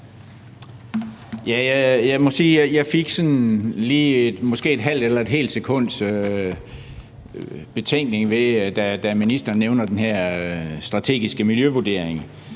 i et halvt eller helt sekund, da ministeren nævner den her strategiske miljøvurdering